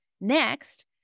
Next